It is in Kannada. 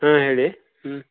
ಹಾಂ ಹೇಳಿ ಹ್ಞೂ